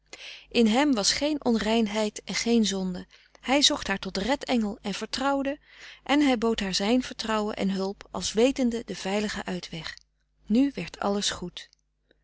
in hem was geen onreinheid en geen zonde hij zocht haar tot red engel en vertrouwde en hij bood haar zijn vertrouwen en hulp als wetende den veiligen uitweg nu werd alles goed